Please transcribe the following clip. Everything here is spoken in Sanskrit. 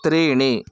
त्रीणि